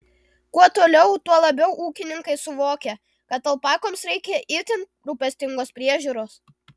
kuo toliau tuo labiau ūkininkai suvokia kad alpakoms reikia itin rūpestingos priežiūros